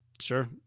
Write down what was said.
Sure